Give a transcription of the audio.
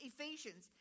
Ephesians